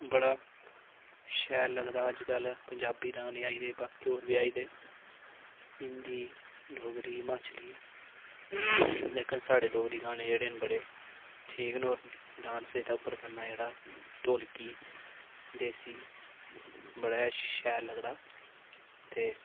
बड़ा शैल लगदा अज्जकल पंजाबी डाने आई गेदे बाकी होर बी आई गेदे हिंदी डोगरी म्हाचली लेकिन साढ़े डोगरी गाने जेह्ड़े न बड़े ठीक न होर डांस एह्दे उप्पर करना जेह्ड़ा ढोलकी देसी बड़ा गै शैल लगदा ते